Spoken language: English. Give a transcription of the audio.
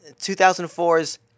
2004's